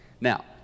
Now